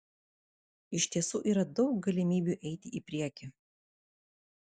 iš tiesų yra daug galimybių eiti į priekį